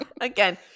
Again